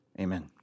Amen